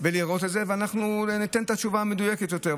היום יותר מתמיד יש פעילות רבה מאוד.